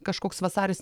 kažkoks vasaris